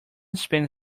spend